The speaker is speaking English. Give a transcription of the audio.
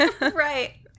Right